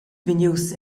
vegnius